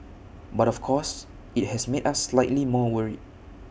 but of course IT has made us slightly more worried